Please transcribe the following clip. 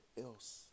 else